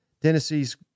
Tennessee's